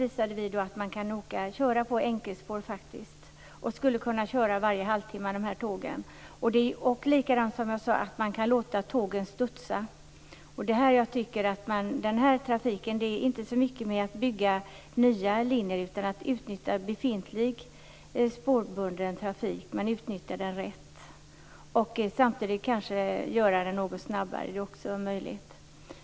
Vi visade alltså att man faktiskt kan köra på enkelspår och skulle kunna köra dessa tåg varje halvtimme. Man kan också, som jag sade, låta tågen så att säga studsa. Denna trafik handlar inte så mycket om att bygga nya linjer utan att utnyttja befintlig spårbunden trafik och att utnyttja den rätt och samtidigt kanske göra den något snabbare. Det är också en möjlighet.